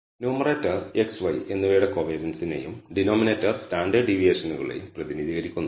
numerator x y എന്നിവയുടെ കോവേരിയൻസിനെയും denominator standard ഡീവിയേഷനെയും പ്രതിനിധീകരിക്കുന്നു